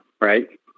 right